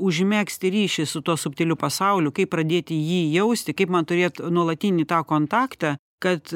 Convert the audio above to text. užmegzti ryšį su tuo subtiliu pasauliu kaip pradėti jį jausti kaip man turėt nuolatinį tą kontaktą kad